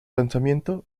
lanzamiento